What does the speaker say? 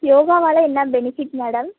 யோகாவால் என்ன benefit madam